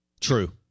True